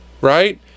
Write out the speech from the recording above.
right